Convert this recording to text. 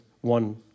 one